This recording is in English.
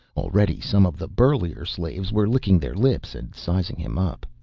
already some of the burlier slaves were licking their lips and sizing him up.